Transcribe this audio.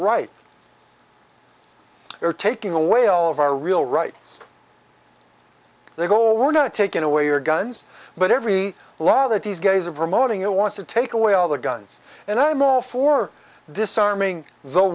right or taking away all of our real rights they go we're not taking away your guns but every law that these guys are promoting you want to take away all the guns and i'm all for disarming the